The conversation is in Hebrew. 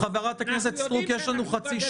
אנחנו יודעים שאנחנו בגלות.